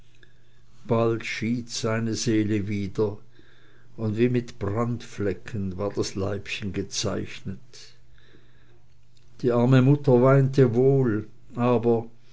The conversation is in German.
bald schied seine seele wieder und wie mit brandflecken war das leibchen gezeichnet die arme mutter weinte wohl aber